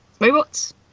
robots